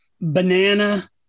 banana